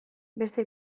beste